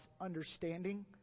understanding